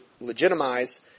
legitimize